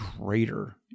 greater